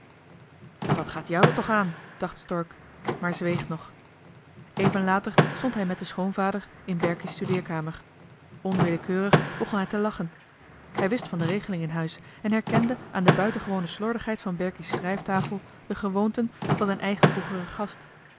wat gaat jou dat toch aan dacht stork maar zweeg nog even later stond hij met den schoonvader in berkie's studeerkamer onwillekeurig begon hij te lachen hij wist van de regeling in huis en herkende aan de buitengewone slordigheid van berkie's schrijftafel de gewoonten van zijn eigen vroegeren gast